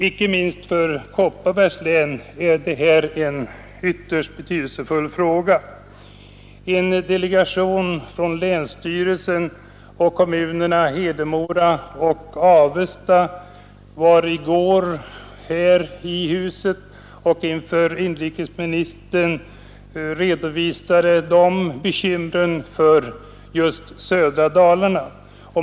Icke minst för Kopparbergs län är det här en ytterst betydelsefull fråga. En delegation från länsstyrelsen och kommunerna Hedemora och Avesta var i går här i huset och redovisade inför inrikesministern bekymren för just södra Dalarna.